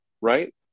right